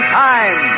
time